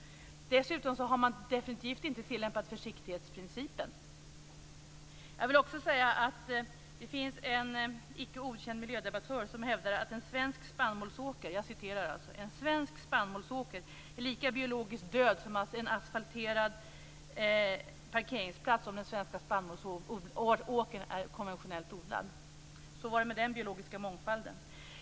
Dessutom har man definitivt inte tillämpat försiktighetsprincipen. Jag vill också säga att det finns en icke okänd miljödebattör som hävdar att en svensk spannmålsåker är lika biologiskt död som en asfalterad parkeringsplats om den svenska spannmålsåkern är konventionellt odlad. Så var det med den biologiska mångfalden.